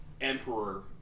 emperor